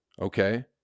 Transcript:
Okay